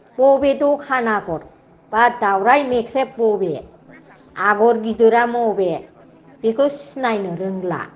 बबे दखान आगर बा दावराय मोख्रेब बबे आगर गिदिरा मबे बेखौ सिनायनो रोंला